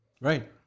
Right